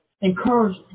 encourage